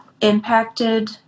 impacted